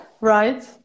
right